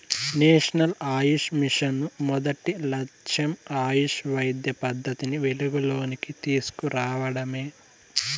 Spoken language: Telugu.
నేషనల్ ఆయుష్ మిషను మొదటి లచ్చెం ఆయుష్ వైద్య పద్దతిని వెలుగులోనికి తీస్కు రావడమే